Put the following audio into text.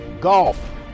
golf